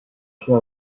sus